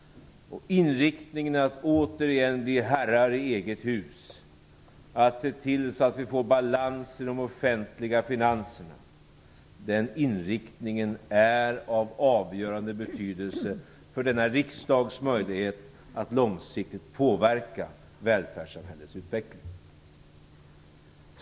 Inriktningen är att återigen bli herrar i eget hus, att se till att vi får balans i de offentliga finanserna. Den inriktningen är av avgörande betydelse för denna riksdags möjlighet att långsiktigt påverka välfärdssamhällets utveckling.